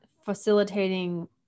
facilitating